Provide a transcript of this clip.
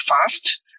fast